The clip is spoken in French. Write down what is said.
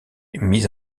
mis